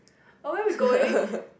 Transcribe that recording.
oh where we going